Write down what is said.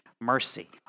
mercy